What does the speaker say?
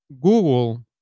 Google